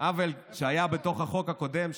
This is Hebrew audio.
עוול שהיה בחוק הקודם,